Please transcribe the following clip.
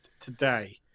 today